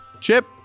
Chip